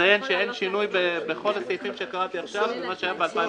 אציין שבכל הסעיפים שקראתי עכשיו אין שינוי במה שהיה ב-2018.